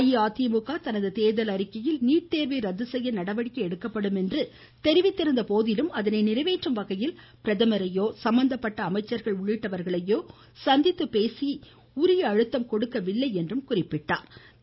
அஇஅதிமுக தனது தேர்தல் அறிக்கையில் நீட் தேர்வை ரத்து செய்ய எடுக்கப்படும் நடவடிக்கை அதனை நிறைவேற்றும் வகையில் பிரதமரையோ சம்பந்தப்பட்ட அமைச்சர்கள் உள்ளிட்டவர்களையோ சந்தித்துப்பேசி உரிய அழுத்தம் கொடுக்கவில்லை என்றார்